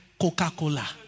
Coca-Cola